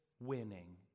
Winning